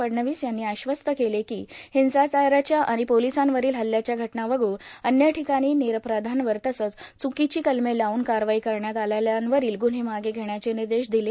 फडणवीस यांनी आश्वस्त केले की हिंसाचाराच्या आणि पोलिसांवरील हल्ल्यांच्या घटना वगळून अन्य ठिकाणी निरपराधांवर तसंच च्रकीची कलमे लावून कारवाई करण्यात आलेल्यांवरील गुन्हे मागे घेण्याचे निर्देश दिले